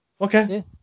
Okay